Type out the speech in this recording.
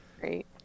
great